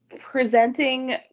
presenting